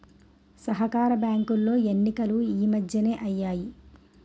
సహకార బ్యాంకులో ఎన్నికలు ఈ మధ్యనే అయ్యాయి